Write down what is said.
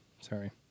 Sorry